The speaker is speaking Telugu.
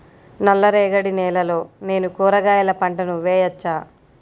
నల్ల రేగడి నేలలో నేను కూరగాయల పంటను వేయచ్చా?